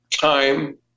time